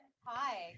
Hi